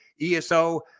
ESO